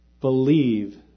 believe